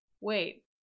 wait